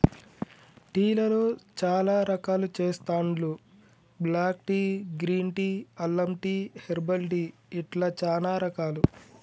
tea లలో చాల రకాలు చెస్తాండ్లు బ్లాక్ టీ, గ్రీన్ టీ, అల్లం టీ, హెర్బల్ టీ ఇట్లా చానా రకాలు